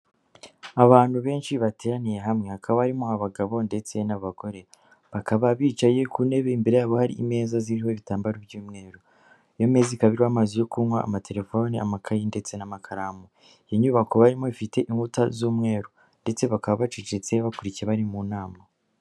Abantu benshi bateraniye hamwe, hakaba harimo abagabo ndetse n'abagore, bakaba bicaye ku ntebe imbere yabo hari imeza ziriho ibitambaro by'umweru, iyo meza ikaba iriho amazi yo kunywa, amatelefoni, amakayi ndetse n'amakaramu, iyo nyubako barimo ifite inkuta z'umweru ndetse bakaba bacecetse bakurikiye bari mu nama.